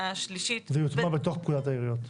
והשלישית --- זה יוטמע בתוך פקודת העיריות.